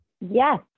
Yes